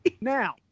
now